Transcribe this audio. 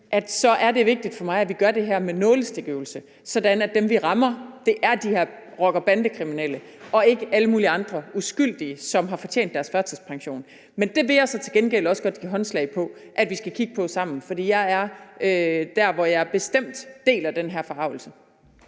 er det vigtigt for mig, at vi gør det her med en nålestiksøvelse, sådan at dem, vi rammer, er de her rocker- og bandekriminelle og ikke alle mulige andre uskyldige, som har fortjent deres førtidspension. Det vil jeg til gengæld også give håndslag på at vi skal kigge på sammen. For jeg er der, hvor jeg bestemt deler den her forargelse.